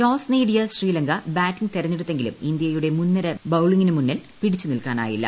toss നേടിയ Sri Lanka batting ്തെരഞ്ഞെടുത്തെങ്കിലും ഇന്ത്യയുടെ മുൻനിര ബൌളിംഗിന് മുന്നിൽ പിടിച്ചു നിൽക്കാനായില്ല